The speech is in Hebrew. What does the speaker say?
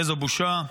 איזו בושה.